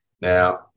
Now